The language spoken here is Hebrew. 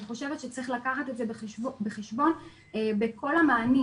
חושבת שצריך לקחת את זה בחשבון בכל המענים,